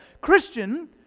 Christian